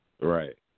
Right